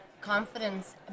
confidence